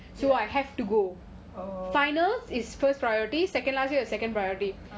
oh